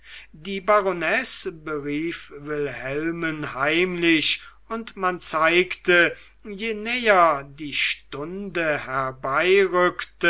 die baronesse berief wilhelmen heimlich und man zeigte je näher die stunde